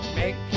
make